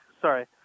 Sorry